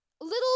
little